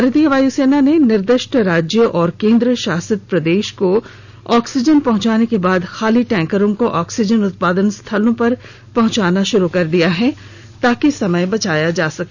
भारतीय वायुसेना ने निर्दिष्ट राज्य और केन्द्र शासित प्रदेश को ऑक्सीजन पहुंचाने के बाद खाली टैंकरों को ऑक्सीजन उत्पादन स्थलों तक पहुंचाना शुरू कर दिया है ताकि समय बचाया जा सके